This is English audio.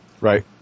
Right